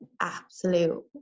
absolute